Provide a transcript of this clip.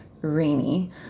rainy